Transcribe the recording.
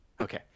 Okay